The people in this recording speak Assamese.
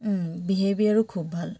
বিহেভিয়াৰো খুব ভাল